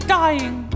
dying